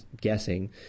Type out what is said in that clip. guessing